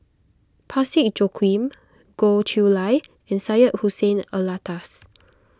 Parsick Joaquim Goh Chiew Lye and Syed Hussein Alatas